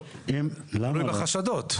לא, תלוי בחשדות.